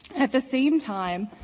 at the same time,